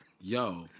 yo